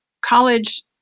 college